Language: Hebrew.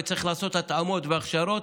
וצריך לעשות התאמות והכשרות,